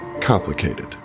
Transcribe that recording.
complicated